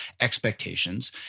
expectations